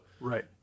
right